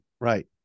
Right